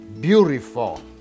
beautiful